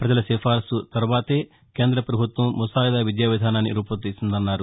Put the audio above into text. ప్రజల సిఫారసు తర్వాతనే కేంద్ర ప్రభుత్వం ముసాయిదా విద్యా విధానాన్ని రూపొందిస్తుందన్నారు